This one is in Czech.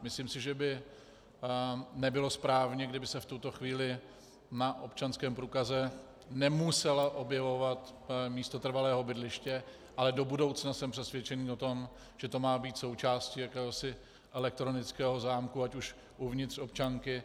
Myslím si, že by nebylo správné, kdyby se v tuto chvíli na občanském průkaze nemuselo objevovat místo trvalého bydliště, ale do budoucna jsem přesvědčený o tom, že to má být součástí jakéhosi elektronického zámku, ať už uvnitř občanky.